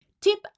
Tip